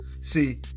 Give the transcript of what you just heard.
See